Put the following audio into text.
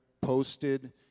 posted